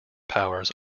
powers